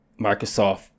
Microsoft